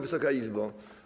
Wysoka Izbo!